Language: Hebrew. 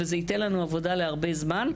וזה ייתן לנו עבודה להרבה זמן.